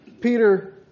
Peter